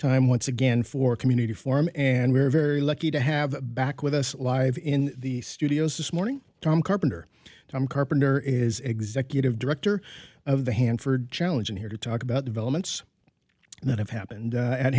time once again for community form and we're very lucky to have back with us live in the studios this morning tom carpenter tom carpenter is executive director of the hanford challenge and here to talk about developments that have happened